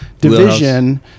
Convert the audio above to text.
division